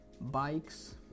bikes